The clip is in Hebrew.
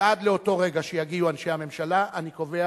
ועד לאותו רגע שיגיעו אנשי הממשלה אני קובע